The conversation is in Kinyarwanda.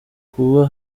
kuba